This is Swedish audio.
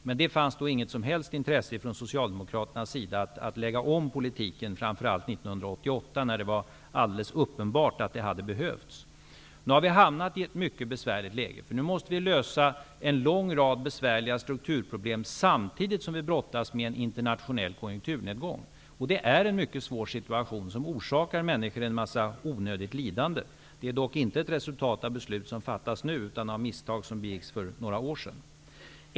Men det fanns då inget som helst intresse från socialdemokraternas sida att lägga om politiken, framför allt inte 1988, när det var alldeles uppenbart att det hade behövts. Nu har vi hamnat i ett mycket besvärligt läge. Nu måste vi lösa en lång rad besvärliga strukturproblem, samtidigt som vi brottas med en internationell konjunkturnedgång. Det är en mycket svår situation, som orsakar människor stort onödigt lidande. Det är dock inte ett resultat av beslut som fattas nu, utan av misstag som begicks för några år sedan.